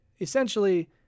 essentially